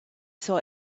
saw